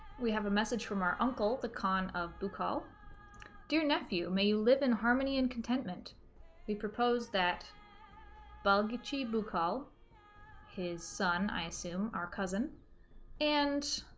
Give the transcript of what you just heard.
we have a message from our uncle the con of buco dear nephew may you live in harmony and contentment we proposed that bugaboo call his son i assume our cousin and